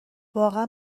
واقعا